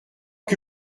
que